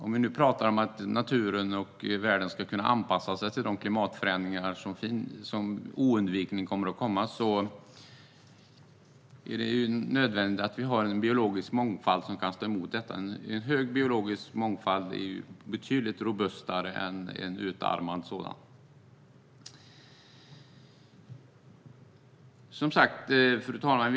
Om naturen och världen ska kunna anpassa sig till de klimatförändringar som oundvikligen kommer är det nödvändigt att vi har en biologisk mångfald som kan stå emot dem. En stor biologisk mångfald är betydligt mer robust än en utarmad sådan. Fru talman!